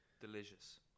Delicious